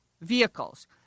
vehicles